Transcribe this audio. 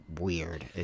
weird